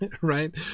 right